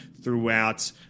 throughout